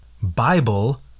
Bible